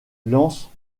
lancent